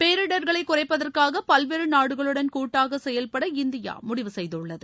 பேரிடர்களை குறைப்பதற்காக பல்வேறு நாடுகளுடன் கூட்டாக செயல்பட இந்தியா முடிவு செய்துள்ளது